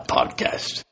Podcast